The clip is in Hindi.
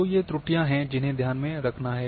तो ये त्रुटियां हैं जिन्हें ध्यान में रखना है